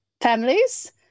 families